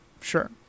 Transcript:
sure